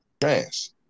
trans